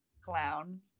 clown